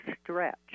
stretch